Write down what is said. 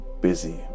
busy